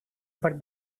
but